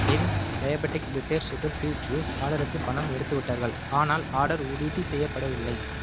என் diabetics desire sugar free juice ஆர்டருக்கு பணம் எடுத்துவிட்டார்கள் ஆனால் ஆர்டர் உறுதி செய்யப்படவில்லை